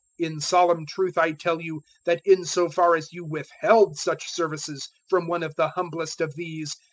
in solemn truth i tell you that in so far as you withheld such services from one of the humblest of these,